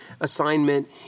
assignment